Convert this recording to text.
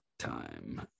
time